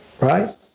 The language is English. right